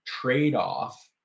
trade-off